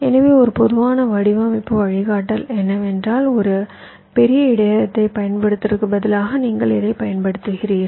எனவே ஒரு பொதுவான வடிவமைப்பு வழிகாட்டல் என்னவென்றால் ஒரு பெரிய இடையகத்தைப் பயன்படுத்துவதற்குப் பதிலாக நீங்கள் இதைப் பயன்படுத்துகிறீர்கள்